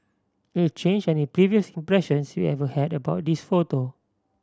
it'll change any previous impressions you ever had about this photo